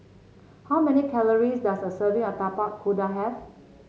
how many calories does a serving of Tapak Kuda have